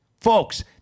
folks